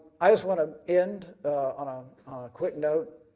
i just want to end on a quick note,